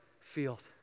field